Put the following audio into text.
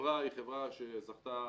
החברה היא חברה שזכתה,